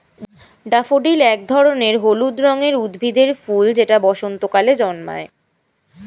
daffodil এক ধরনের হলুদ রঙের উদ্ভিদের ফুল যেটা বসন্তকালে জন্মায়